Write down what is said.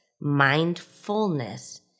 mindfulness